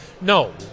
no